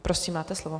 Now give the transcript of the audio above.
Prosím, máte slovo.